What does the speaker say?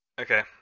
Okay